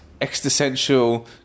existential